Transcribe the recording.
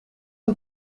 een